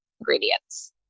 ingredients